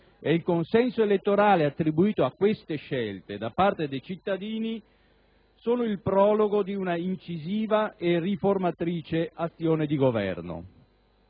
e il consenso elettorale attribuito a queste scelte da parte dei cittadini sono il prologo di un'incisiva e riformatrice azione del Governo.